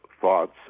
thoughts